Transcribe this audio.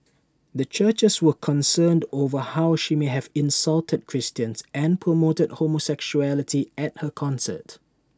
the churches were concerned over how she may have insulted Christians and promoted homosexuality at her concert